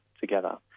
together